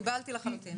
קיבלתי לחלוטין.